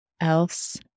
else